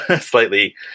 slightly